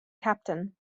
captain